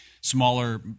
smaller –